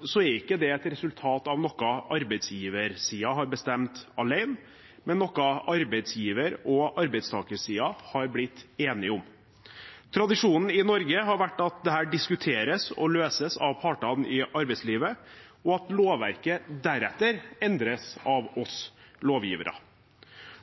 er ikke det et resultat av noe arbeidsgiversiden har bestemt alene, men noe arbeidsgiver- og arbeidstakersiden er blitt enige om. Tradisjonen i Norge har vært at dette diskuteres og løses av partene i arbeidslivet, og at lovverket deretter endres av oss lovgivere.